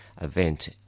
event